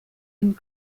and